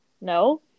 no